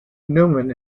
newman